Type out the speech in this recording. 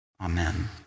Amen